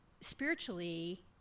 spiritually